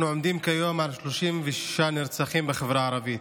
אנחנו עומדים כיום על 36 נרצחים בחברה הערבית.